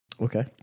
Okay